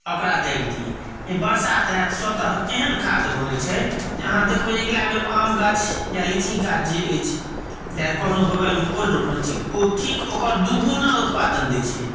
ओकरा दाबि दियै बरसात होयत स्वतः एहन खाद बनैत छै जे अहाँ देखबै अगिला बेर आम गाछ या लीचीक गाछ जे अछि आ कहलहुँ बगलमे ओल रोपने छी ओ ठीक ओकर दुगुना उत्पादन दैत छै